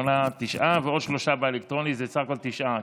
תשעה, ועוד שלושה באלקטרוני, שזה בסך הכול תשעה.